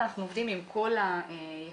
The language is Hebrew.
אנחנו עובדים עם כל היחידות.